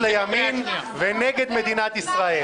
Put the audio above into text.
לימין ונגד מדינת ישראל.